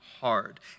hard